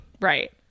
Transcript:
Right